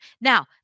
Now